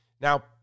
Now